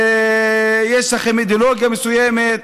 יש לכם אידיאולוגיה מסוימת.